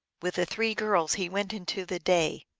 with the three girls he went into the day.